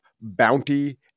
bounty